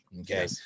Okay